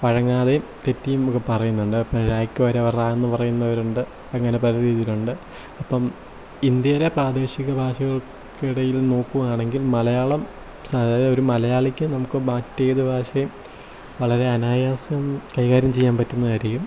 വഴങ്ങാതെയും തെറ്റിയും ഒക്കെ പറയുന്നുണ്ട് ഇപ്പോൾ ഴ യ്ക്ക് പകരം റ എന്ന് പറയുന്നവരുണ്ട് അങ്ങനെ പല രീതിയിലുണ്ട് ഇപ്പം ഇന്ത്യയിലെ പ്രാദേശിക ഭാഷകൾക്കിടയിൽ നോക്കുകയാണെങ്കിൽ മലയാളം ഒരു മലയാളിക്ക് നമുക്ക് മറ്റേതുഭാഷയും വളരെ അനായാസം കൈകാര്യം ചെയ്യാൻ പറ്റുന്നതായിരിക്കും